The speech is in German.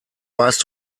warst